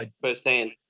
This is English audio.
firsthand